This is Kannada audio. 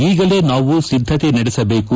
ಈಗಲೇ ನಾವು ಸಿದ್ದತೆ ನಡೆಸಬೇಕು